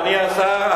אדוני השר,